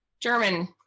German